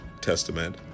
Testament